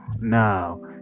now